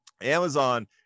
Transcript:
Amazon